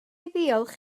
ddiolch